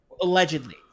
allegedly